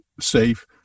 safe